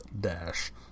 dash